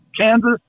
Kansas